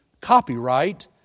copyright